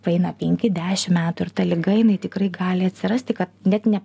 praeina penki dešim metų ir ta liga jinai tikrai gali atsirasti kad net ne